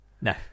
No